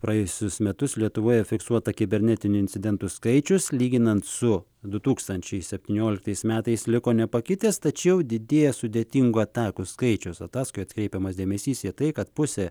praėjusius metus lietuvoje fiksuota kibernetinių incidentų skaičius lyginant su du tūkstančiai septynioliktais metais liko nepakitęs tačiau didėja sudėtingų atakų skaičius ataskaitoje atkreipiamas dėmesys į tai kad pusė